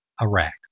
Iraq